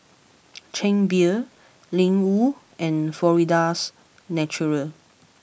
Chang Beer Ling Wu and Florida's Natural